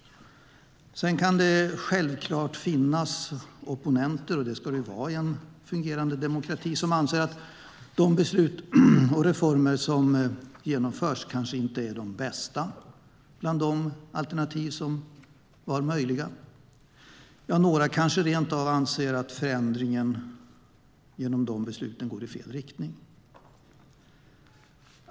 Sedan kan det självklart finnas opponenter - och det ska det finnas i en fungerande demokrati - som anser att de beslut och reformer som genomförs kanske inte är de bästa bland de alternativ som var möjliga. Några kanske rent av anser att förändringen går i fel riktning.